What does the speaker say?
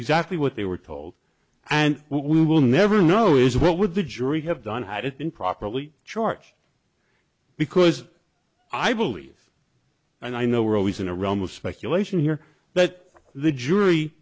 exactly what they were told and we will never know is what would the jury have done had it been properly charge because i believe and i know we're always in a realm of speculation here but the jury